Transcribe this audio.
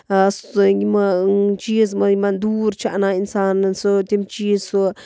سُہ یِم چیٖز یِمن دوٗر چھِ اَنان اِنسان سہ تِم چیٖز سُہ